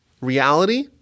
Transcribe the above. reality